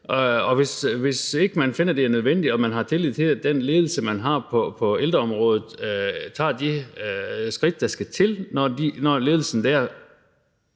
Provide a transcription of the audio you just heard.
og hvis ikke man finder, det er nødvendigt og man har tillid til, at den ledelse, man har på ældreområdet, tager de skridt, der skal til, når ledelsen dér